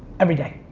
every day.